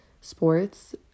sports